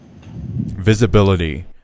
Visibility